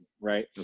right